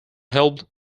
helped